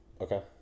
Okay